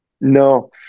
No